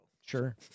Sure